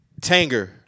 Tanger